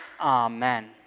Amen